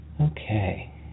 Okay